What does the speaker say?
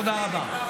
תודה רבה.